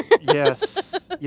Yes